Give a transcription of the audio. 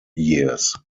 years